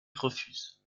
refuse